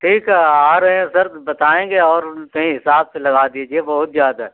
ठीक है आ रहे हैं सर तो बताएँगे और तनि हिसाब से लगा दीजिए बहुत ज्यादा है